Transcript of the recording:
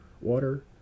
water